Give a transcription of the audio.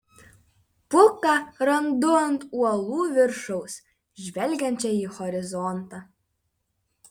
puką randu ant uolų viršaus žvelgiančią į horizontą